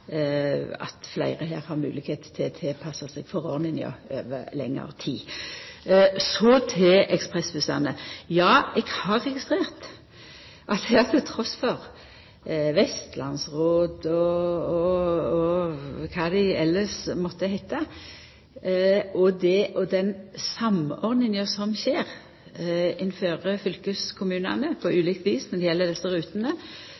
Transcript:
at fleire har moglegheit til å tilpassa seg forordninga over lengre tid. Så til ekspressbussane: Ja, eg har registrert at det her, trass i Vestlandsråd og kva dei elles måtte heita, og den samordninga som skjer innanfor fylkeskommunane på